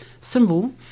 symbol